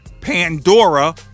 Pandora